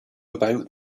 about